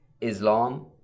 Islam